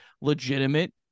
legitimate